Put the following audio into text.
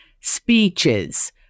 speeches